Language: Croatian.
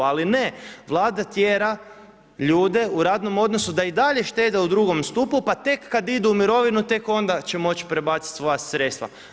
Ali, ne, vlada tjera ljude u radnom odnosu, da i dalje štede u drugom stupu, pa tek kada idu u mirovinu, tek onda će moći prebaciti svoja sredstva.